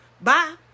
Bye